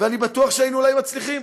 ואני בטוח שהיינו אולי מצליחים,